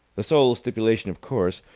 the sole stipulation, of course,